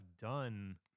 done –